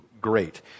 great